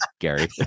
Gary